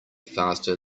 faster